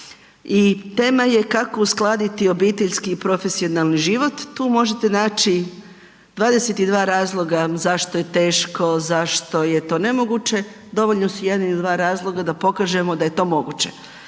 I tema je kako uskladiti obiteljski i profesionalni život. Tu možete naći 22 razloga zašto je teško, zašto je to nemoguće. Dovoljni su jedan ili dva razloga da pokažemo da to moguće.